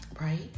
Right